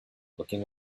looking